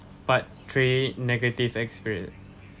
part three negative experience